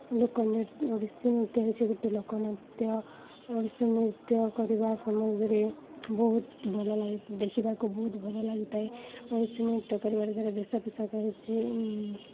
ଲୋକ ଓଡ଼ିଶୀ ନୃତ୍ୟ ହେଉଛି ଗୋଟିଏ ଲୋକନୃତ୍ୟ ଓଡ଼ିଶୀ ନୃତ୍ୟ କରିବା ସମାଜରେ ବହୁତ ଭଲ ଲାଗ ଦେଖିବାକୁ ବହୁତ ଭଲ ଲାଗିଥାଏ ଓଡ଼ିଶୀ ନୃତ୍ୟ କରିବା ଦ୍ୱାରା ବେଶପୋଷାକ ହେଉଛି